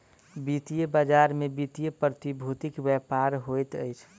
वित्तीय बजार में वित्तीय प्रतिभूतिक व्यापार होइत अछि